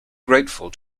grateful